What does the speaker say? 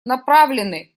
направлены